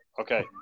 okay